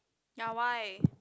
ya why